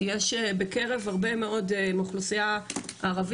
כי יש בקרב הרבה מאוד מהאוכלוסיה הערבית